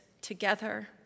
together